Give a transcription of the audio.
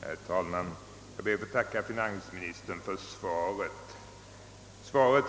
Herr talman! Jag ber att få tacka finansministern för svaret, som